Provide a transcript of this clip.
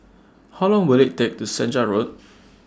How Long Will IT Take to Senja Road